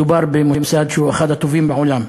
מדובר במוסד שהוא אחד הטובים בעולם,